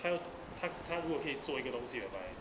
他要他他如可以做一个东西 whereby